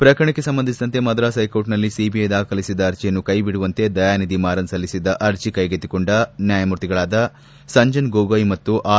ಪ್ರಕರಣಕ್ಕೆ ಸಂಬಂಧಿಸಿದಂತೆ ಮದ್ರಾಸ್ ಹೈಕೋರ್ಟ್ನಲ್ಲಿ ಸಿಬಿಐ ದಾಖಲಿಸಿದ್ದ ಅರ್ಜಿಯನ್ನು ಕೈ ಬಿಡುವಂತೆ ದಯಾನಿಧಿ ಮಾರನ್ ಸಲ್ಲಿಸಿದ್ದ ಅರ್ಜಿ ಕೈಗೆತ್ತಿಕೊಂಡ ನ್ಯಾಯಮೂರ್ತಿಗಳಾದ ಸಂಜನ್ ಗೊಗೈ ಮತ್ತು ಆರ್